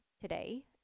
today